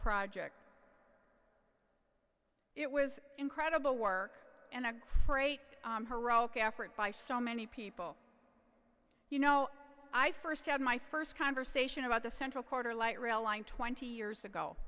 project it was incredible work and a great heroic effort by so many people you know i first had my first conversation about the central quarter light rail line twenty years ago